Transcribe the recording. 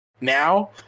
now